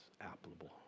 applicable